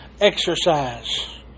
exercise